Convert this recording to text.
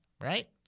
right